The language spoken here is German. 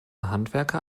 handwerker